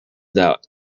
doubt